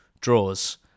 draws